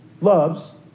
loves